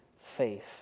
faith